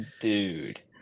Dude